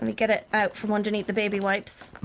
and get it out from underneath the baby wipes.